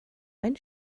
ein